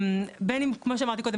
בין אם כמו שאמרתי קודם,